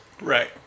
right